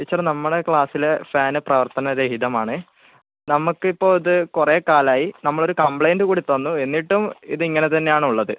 teacher നമ്മുടെ ക്ലാസ്സിലെ fan പ്രവർത്തന രഹിതമാണ് നമുക്കിപ്പോൾ ഇത് കുറെ കാലമായി നമ്മൾ ഒരു കംപ്ലയിൻറ്റ് കൂടി തന്നു എന്നിട്ടും ഇത് ഇങ്ങനെതന്നെയാണ് ഉള്ളത്